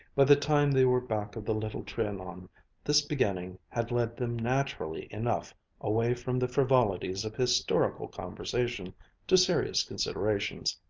by the time they were back of the little trianon, this beginning had led them naturally enough away from the frivolities of historical conversation to serious considerations,